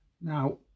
Now